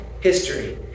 history